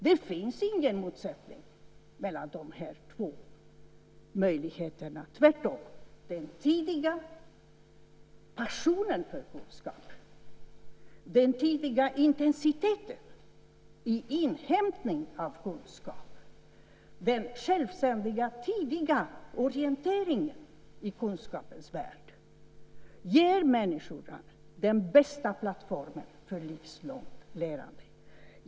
Det finns ingen motsättning mellan de här två möjligheterna - tvärtom. Den tidiga passionen för kunskap, den tidiga intensiteten i inhämtning av kunskap och den självständiga tidiga orienteringen i kunskapens värld ger människorna den bästa plattformen för livslångt lärande.